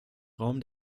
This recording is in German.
raum